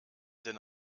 denn